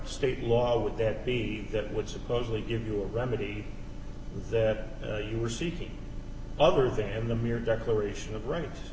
state law would that be that would supposedly give your remedy that you were seeking other than the mere declaration of right